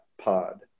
pod